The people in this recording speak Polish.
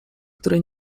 który